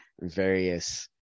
various